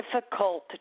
difficult